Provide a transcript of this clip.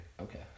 Okay